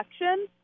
election